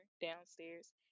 downstairs